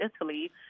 Italy